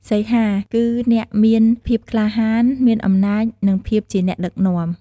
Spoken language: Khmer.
សីហា គឺអ្នកមានភាពក្លាហាន មានអំណាច និង ភាពជាអ្នកដឹកនាំ។